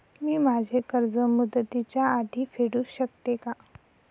मी माझे कर्ज मुदतीच्या आधी फेडू शकते का?